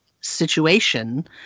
situation